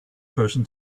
person